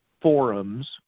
forums